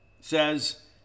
says